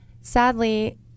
Sadly